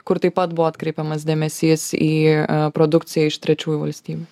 kur taip pat buvo atkreipiamas dėmesys į produkciją iš trečiųjų valstybių